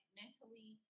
mentally